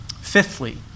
Fifthly